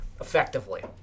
effectively